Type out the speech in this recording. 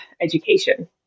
education